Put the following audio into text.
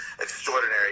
extraordinary